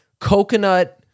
coconut